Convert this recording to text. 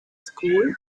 school